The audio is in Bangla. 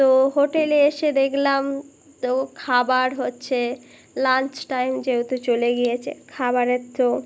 তো হোটেলে এসে দেখলাম তো খাবার হচ্ছে লাঞ্চ টাইম যেহেতু চলে গিয়েছে খাবারের তো